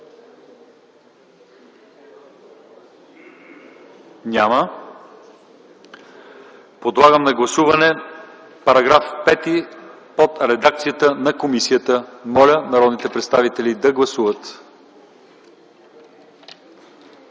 Няма. Подлагам на гласуване § 4 в редакция на комисията. Моля народните представители да гласуват.